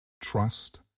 trust